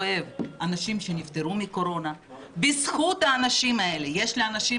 כואב אנשים שנפטרו מקורונה; בזכות האנשים האלה יש לאנשים